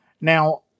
now